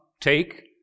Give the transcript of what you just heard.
take